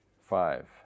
five